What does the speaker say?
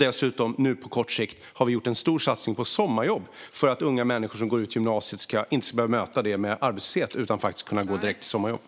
Dessutom har vi på kort sikt gjort en stor satsning på sommarjobb för att unga människor som går ut gymnasiet inte ska behöva möta sommaren med arbetslöshet utan i stället kan gå direkt till ett sommarjobb.